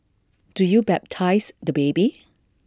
do you baptise the baby